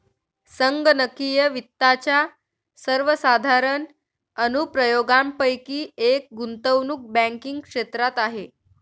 संगणकीय वित्ताच्या सर्वसाधारण अनुप्रयोगांपैकी एक गुंतवणूक बँकिंग क्षेत्रात आहे